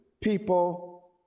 people